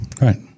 Right